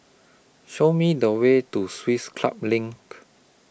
Show Me The Way to Swiss Club LINK